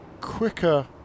quicker